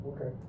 Okay